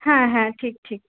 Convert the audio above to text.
হ্যাঁ হ্যাঁ ঠিক ঠিক